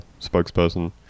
spokesperson